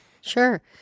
Sure